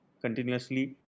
continuously